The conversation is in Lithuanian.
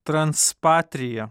trans patrija